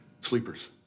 sleepers